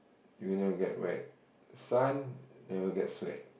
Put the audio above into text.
you'll never get wet sun never get sweat